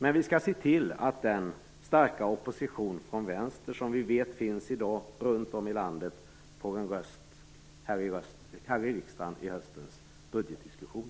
Men vi skall se till att den starka opposition från vänster som vi vet finns i dag runt om i landet får en röst här i riksdagen i höstens budgetdiskussion.